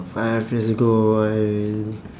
five years ago I